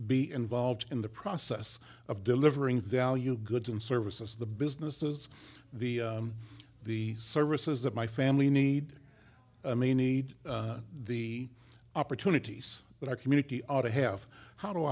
be involved in the process of delivering value goods and services the businesses the the services that my family need i may need the opportunities that our community ought to have how do